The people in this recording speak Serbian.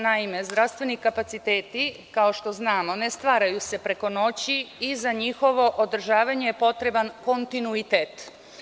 Naime, zdravstveni kapaciteti, kao što znamo ne stvaraju se preko noći i za njihovo održavanje je potreban kontinuitet.